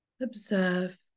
observe